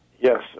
Yes